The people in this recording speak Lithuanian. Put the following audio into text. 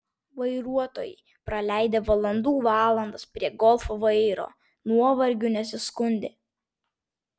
vairuotojai praleidę valandų valandas prie golf vairo nuovargiu nesiskundė